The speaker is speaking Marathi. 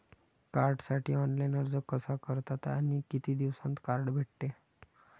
कार्डसाठी ऑनलाइन अर्ज कसा करतात आणि किती दिवसांत कार्ड भेटते?